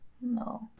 No